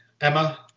Emma